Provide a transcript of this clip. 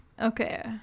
Okay